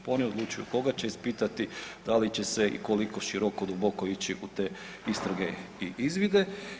Pa oni odlučuju koga će ispitati, da li će se i koliko široko, duboko ići u te istrage i izvide.